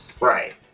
right